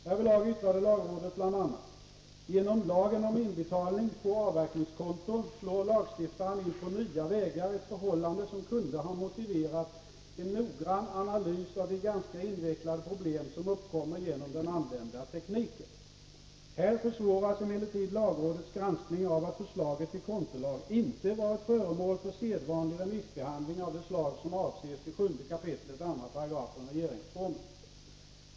Härvidlag yttrade lagrådet bl.a.: ”Genom lagen om inbetalning på avverkningskonto slår lagstiftaren in på nya vägar, ett förhållande som kunde ha motiverat en noggrann analys av de ganska invecklade problem som uppkommer genom den använda tekniken. ——- Här försvåras emellertid lagrådets granskning av att förslaget till kontolag inte varit föremål för sedvanlig remissbehandling av det slag som avses i 7 kap. 2 § regeringsformen.